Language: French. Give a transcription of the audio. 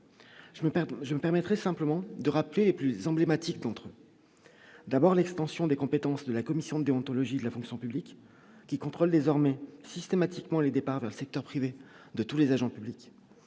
je me permettrais simplement de rappeler plus emblématique d'entre eux, d'abord l'extension des compétences de la commission déontologie de la fonction publique qui contrôlent désormais systématiquement les départs, le secteur privé de tous les agents publics